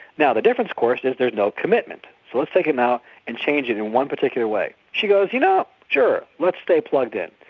now the difference of course is there's no commitment. so let's take it now and change it and one particular way. she goes, you know sure, let's stay plugged in.